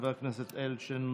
חבר הכנסת אדלשטיין,